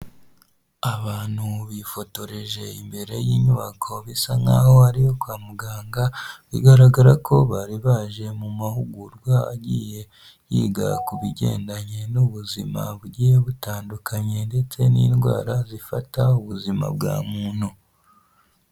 Abantu bifotoreje imbere y'inyubako bisa nk'aho ari iyo kwa muganga, bigaragara ko bari baje mu mahugurwa agiye yiga ku bigendanye n'ubuzima bugiye butandukanye, ndetse n'indwara zifata ubuzima bwa muntu.